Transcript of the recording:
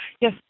Yes